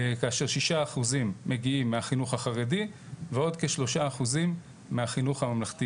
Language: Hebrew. כאשר 6% מגיעים מהחינוך החרדי ועוד כ-3% מהחינוך הממלכתי